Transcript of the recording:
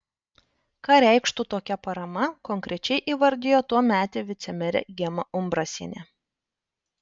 ką reikštų tokia parama konkrečiai įvardijo tuometė vicemerė gema umbrasienė